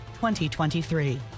2023